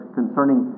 concerning